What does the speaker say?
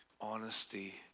honesty